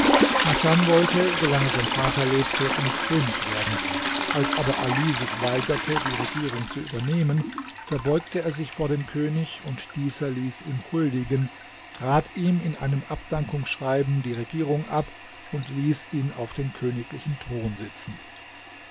hasan wollte solange sein vater lebte nicht könig werden als aber ali sich weigerte die regierung zu übernehmen verbeugte er sich vor dem könig und dieser ließ ihm huldigen trat ihm in einem abdankungsschreiben die regierung ab und ließ ihn auf den königlichen thron sitzen